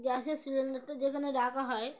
গ্যাসের সিলিন্ডারটা যেখানে রাখা হয়